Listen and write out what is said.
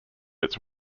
its